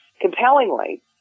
compellingly